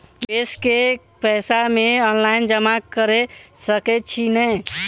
निवेश केँ पैसा मे ऑनलाइन जमा कैर सकै छी नै?